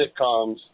sitcoms